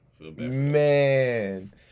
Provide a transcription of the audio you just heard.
Man